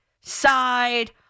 side